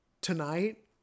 tonight